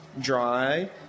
dry